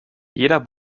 jeder